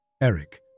Eric